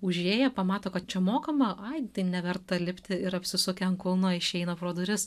užėję pamato kad čia mokama ai tai neverta lipti ir apsisukę ant kulno išeina pro duris